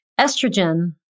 estrogen